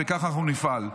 וכך אנחנו נפעל.